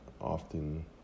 often